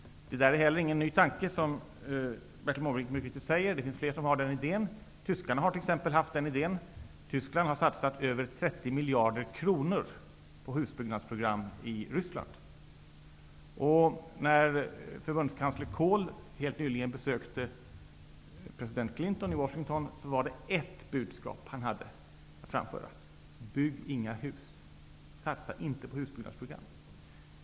Det är inte heller någon ny tanke, som Bertil Måbrink mycket riktigt säger. Det finns fler som har den idén. Tyskarna har t.ex. haft den idén. Tyskland har satsat över 30 miljarder kronor på husbyggnadsprogram i Ryssland. När förbundskansler Kohl helt nyligen besökte president Clinton i Washington var det ett budskap han hade att framföra: Bygg inga hus! Satsa inte på husbyggnadsprogram!